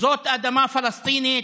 זאת אדמה פלסטינית,